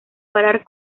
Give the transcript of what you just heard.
parar